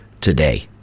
today